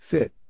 Fit